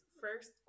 first